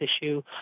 issue